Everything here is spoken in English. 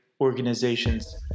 organizations